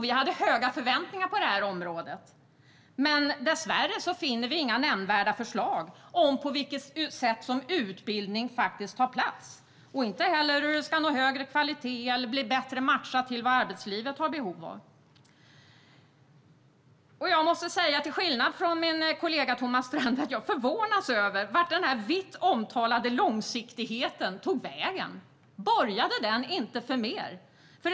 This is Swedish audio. Vi hade höga förväntningar på området, men dessvärre finner vi inga nämnvärda förslag om på vilket sätt utbildning tar plats. Vi ser inte heller hur den ska nå högre kvalitet eller bli bättre matchad till vad arbetslivet har behov av. Jag måste säga att jag till skillnad från min kollega Thomas Strand förvånas och undrar över vart den vitt omtalade långsiktigheten tog vägen. Borgade den inte för mer?